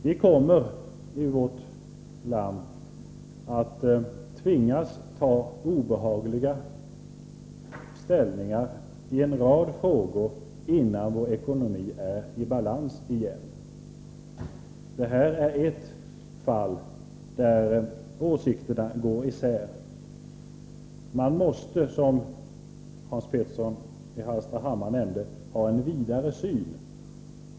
Vi kommer i vårt land innan vi fått balans i vår ekonomi att tvingas till obehagliga ställningstaganden i en rad frågor. Det gäller nu ett fall där åsikterna går isär. Man måste, som Hans Petersson i Hallstahammar nämnde, ha ett vidare synsätt.